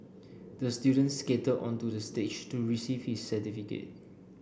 the student skated onto the stage to receive his certificate